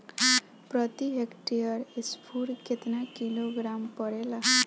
प्रति हेक्टेयर स्फूर केतना किलोग्राम परेला?